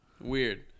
Weird